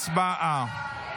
הצבעה.